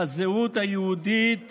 בזהות היהודית